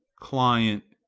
client,